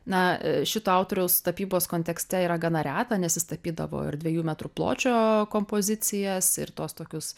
na šito autoriaus tapybos kontekste yra gana reta nes jis tapydavo ir dviejų metrų pločio kompozicijas ir tuos tokius